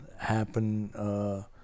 happen